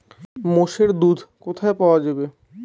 মোষের দুধ কোথায় পাওয়া যাবে?